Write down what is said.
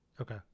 Okay